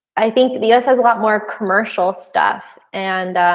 i think the us has a lot more commercial stuff. and